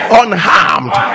unharmed